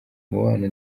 umubano